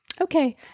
Okay